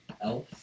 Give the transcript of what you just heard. elf